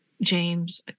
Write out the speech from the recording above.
James